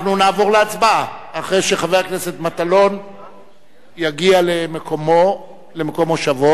אנחנו נעבור להצבעה אחרי שחבר הכנסת מטלון יגיע למקום מושבו.